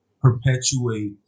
perpetuate